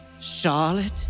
Charlotte